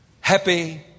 happy